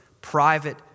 private